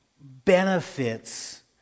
benefits